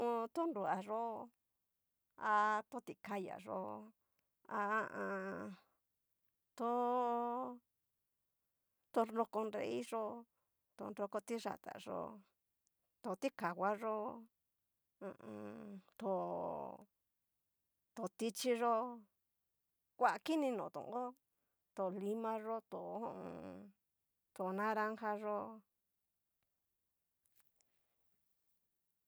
Ho to nrua yó, a to ti kaya yó, ha a an to. tonroko nrei yó, roko tiyáta yó, to ti kahua yó, ha a an. tó. to tichíi yó, kua kini notón hó, to lima yó, tó ho o on. to naranja yó.